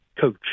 coach